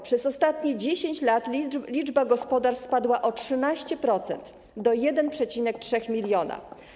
Przez ostatnie 10 lat liczba gospodarstw spadła o 13%, do 1,3 mln.